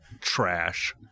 trash